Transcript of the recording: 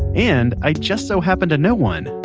and i just-so-happen to know one!